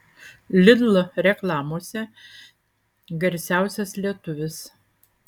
lidl reklamose garsiausias lietuvis